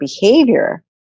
behavior